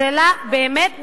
שאלה באמת נכונה,